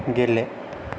गेले